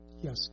Yes